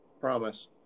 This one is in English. promise